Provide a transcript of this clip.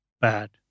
bad